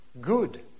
good